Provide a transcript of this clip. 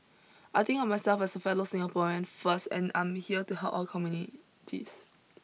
I think of myself as a fellow Singaporean first and I'm here to help all communities